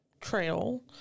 Trail